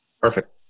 Perfect